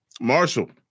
Marshall